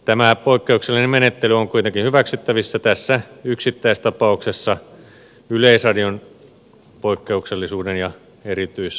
tämä poikkeuksellinen menettely on kuitenkin hyväksyttävissä tässä yksittäistapauksessa yleisradion poikkeuksellisuuden ja erityisaseman vuoksi